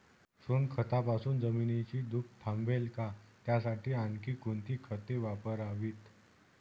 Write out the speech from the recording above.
सोनखतापासून जमिनीची धूप थांबेल का? त्यासाठी आणखी कोणती खते वापरावीत?